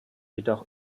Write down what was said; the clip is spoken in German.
jedoch